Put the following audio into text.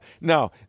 Now